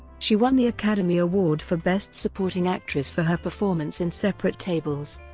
she won the academy award for best supporting actress for her performance in separate tables.